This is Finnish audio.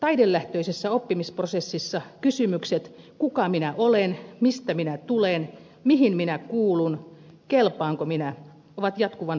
taidelähtöisessä oppimisprosessissa kysymykset kuka minä olen mistä minä tulen mihin minä kuulun kelpaanko minä ovat jatkuvan pohdinnan alla